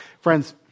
Friends